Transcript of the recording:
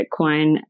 Bitcoin